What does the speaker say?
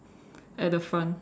at the front